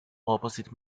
opposite